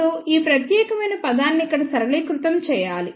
ఇప్పుడు ఈ ప్రత్యేకమైన పదాన్ని ఇక్కడ సరళీకృతం చేయాలి